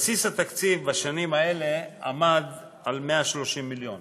בסיס התקציב בשנים האלה עמד על 130 מיליון